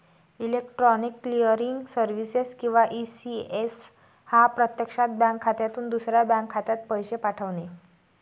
electronic clearing services किंवा ECS हा प्रत्यक्षात बँक खात्यातून दुसऱ्या बँक खात्यात पैसे पाठवणे